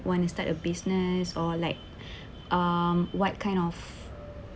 want to start a business or like um what kind of